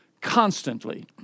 constantly